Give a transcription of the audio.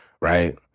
right